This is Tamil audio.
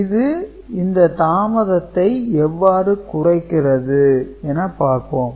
இது இந்த தாமதத்தை எவ்வாறு குறைக்கிறது என பார்ப்போம்